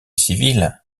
civils